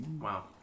Wow